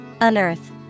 Unearth